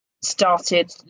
started